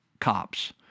cops